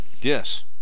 yes